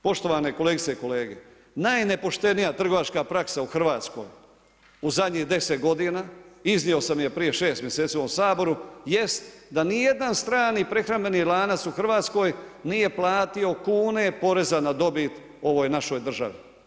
Poštovane kolegice i kolege, najnepoštenija trgovačka praksa u Hrvatskoj u zadnjih 10 godina, iznio sam je prije 6 mjeseci u ovom Saboru jest da niti jedan strani i prehrambeni lanac u Hrvatskoj nije platio kune poreza na dobit ovoj našoj državi.